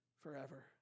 forever